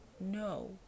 no